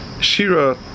Shira